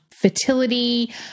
fertility